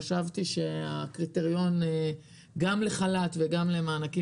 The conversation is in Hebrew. חשבתי שהקריטריון גם לחל"ת וגם למענקים